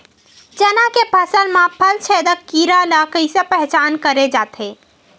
चना के फसल म फल छेदक कीरा ल कइसे पहचान करे जाथे?